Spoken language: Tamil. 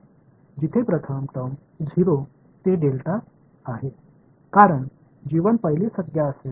இந்த ஒருங்கிணைப்பு முதல் வெளிப்பாடு 0 விலிருந்து வரை செல்லும்